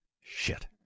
Shit